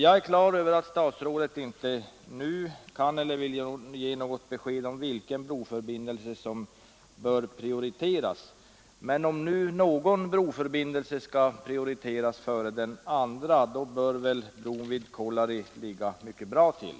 Jag är klar över att statsrådet inte nu kan eller vill ge något besked om vilken broförbindelse som bör prioriteras, men om någon broförbindelse skall ges förtur före den andra så bör väl bron vid Kolari ligga mycket bra till.